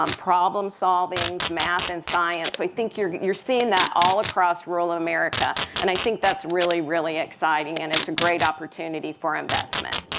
um problem solving, math and science. so i think you're you're seeing that all across rural america. and i think that's really, really exciting and it's a great opportunity for investment.